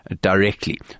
directly